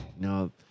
No